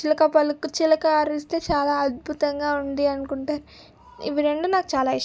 చిలక పలుకు చిలక అరిస్తే చాలా అద్భుతంగా ఉంది అనుకుంటారు ఇవి రెండూ నాకు చాలా ఇష్టం